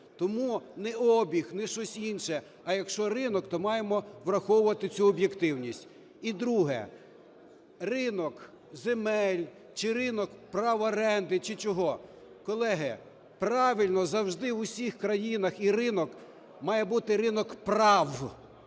Тому ні обіг, ні щось інше, а якщо ринок, то маємо враховувати цю об'єктивність. І друге. Ринок земель, чи ринок прав оренди, чи чого, колеги, правильно завжди в усіх країнах і ринок має бути ринок прав,